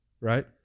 right